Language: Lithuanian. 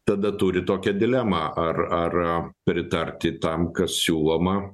tada turi tokią dilemą ar ar pritarti tam kas siūloma